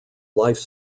life